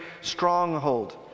stronghold